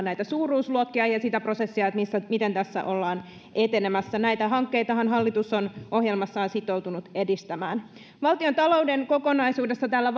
näitä suuruusluokkia ja sitä prosessia miten tässä ollaan etenemässä näitä hankkeitahan hallitus on ohjelmassaan sitoutunut edistämään valtiontalouden kokonaisuudessa tällä